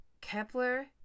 Kepler